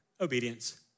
Obedience